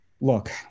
Look